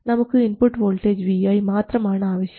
നമുക്ക് input voltage Vi മാത്രമാണ് ആവശ്യം